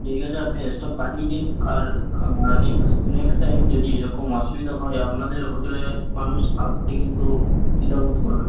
ঠিক আছে আপনি স্টাফ পাঠিয়ে দিন আর নেক্স নেক্সট টাইম যদি এরকম অসুবিধা হয় আপনাদের হোটেলে মানুষ আসতে কিন্তু দ্বিধা বোধ করবে